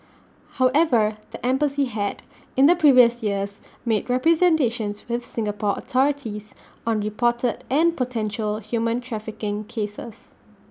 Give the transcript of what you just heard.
however the embassy had in the previous years made representations with Singapore authorities on reported and potential human trafficking cases